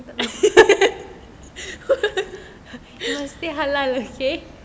mesti halal okay